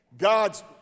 God's